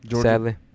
Sadly